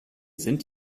sind